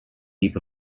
heap